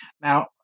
Now